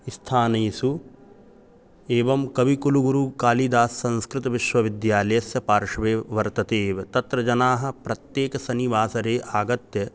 स्थानेषु एवं कविकुलुगुरुकालिदासः संस्कृतविश्वविद्यालयस्य पार्श्वे वर्तते एव तत्र जनाः प्रत्येके शनिवासरे आगत्य